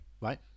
Right